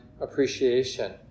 appreciation